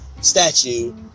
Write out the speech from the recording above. statue